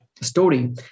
Story